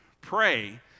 pray